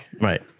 Right